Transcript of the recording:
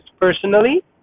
personally